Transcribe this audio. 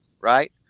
right